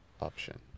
option